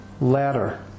ladder